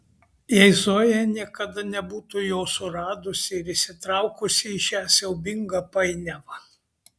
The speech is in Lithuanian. jei zoja niekada nebūtų jo suradusi ir įtraukusi į šią siaubingą painiavą